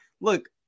look